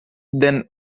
then